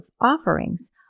offerings